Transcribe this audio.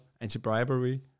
anti-bribery